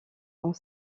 ont